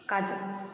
काजल